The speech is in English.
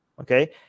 okay